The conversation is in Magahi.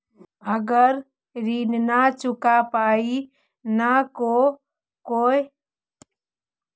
अगर ऋण न चुका पाई न का हो जयती, कोई आगे चलकर कोई दिलत हो जयती?